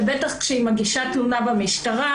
בטח כשהיא מגישה תלונה במשטרה.